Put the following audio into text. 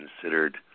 considered